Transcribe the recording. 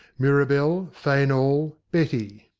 mirabell, fainall, betty.